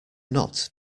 not